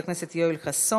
הבאים: חבר הכנסת יואל חסון,